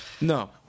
No